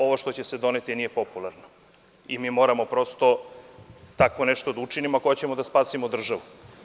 Ovo što će se doneti nije popularno i mi moramo prosto tako nešto da učinimo ako hoćemo da spasimo državu.